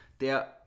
der